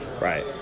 Right